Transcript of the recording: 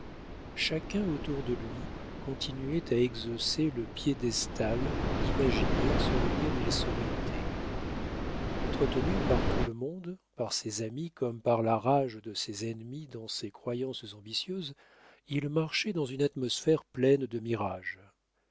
chacun autour de lui continuait à exhausser le piédestal imaginaire sur lequel il se mettait entretenu par tout le monde par ses amis comme par la rage de ses ennemis dans ses croyances ambitieuses il marchait dans une atmosphère pleine de mirages